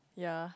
ya